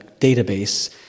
database